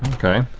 okay.